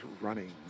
running